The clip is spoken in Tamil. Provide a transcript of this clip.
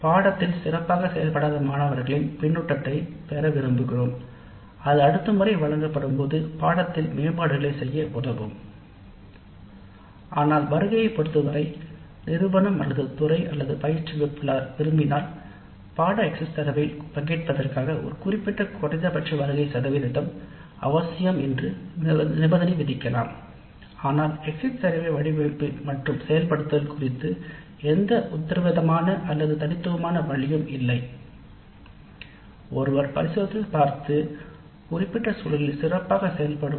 பாடத்திட்டத்தில் ஒழுங்காக பங்கேற்க முடியாத மாணவர்களால் தரப்படும் மதிப்பீடுகள் அடுத்த முறை பாடத்திட்டங்களை மேம்படுத்த திட்டமிடுதலில் உதவி செய்யும் ஆனால் குறைந்தபட்ச வருகை இவ்வகை எக்ஸிட் சர்வே மதிப்பீடுகளில் பங்கேற்க தேவையானது என்று நிர்வாணமும் ஆசிரியரோ கருதினால் அப்படியே வருகை ஒழுங்கான மாணவர்களை மட்டுமே பங்கேற்ற அனுமதிக்கலாம்